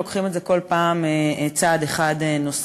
לוקחים את זה כל פעם צעד אחד נוסף,